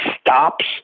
stops